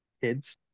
kids